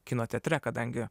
kino teatre kadangi